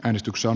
äänestyksen